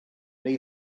neu